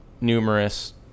numerous